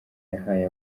yahaye